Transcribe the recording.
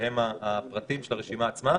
והם הפרטים של הרשימה עצמה,